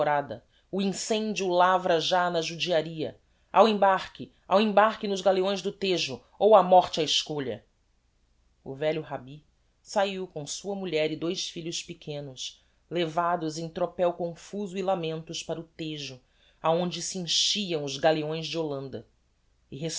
alvorada o incendio lavra já na judiaria ao embarque ao embarque nos galeões do tejo ou a morte á escolha o velho rabbi saiu com sua mulher e dois filhos pequenos levados em tropel confuso e lamentos para o tejo aonde se enchiam os galeões de hollanda